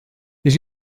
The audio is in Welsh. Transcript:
nid